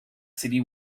city